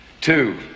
Two